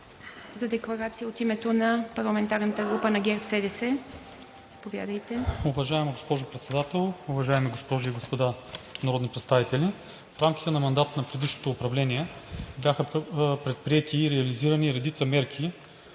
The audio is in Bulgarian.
за декларация от името на парламентарната група на ГЕРБ-СДС.